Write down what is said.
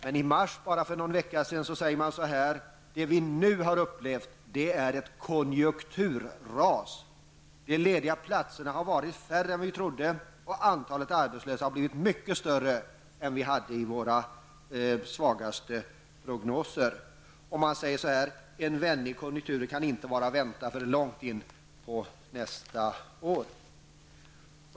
Men för någon vecka sedan sade man att det som man nu upplevt är ett konjunkturras -- de lediga platserna har varit färre än man trodde och antalet arbetslösa har blivit mycket större än man hade räknat med i sina svagaste prognoser. Man säger att en vändning i konjunkturen inte kan väntas förrän långt in på nästa år.